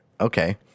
okay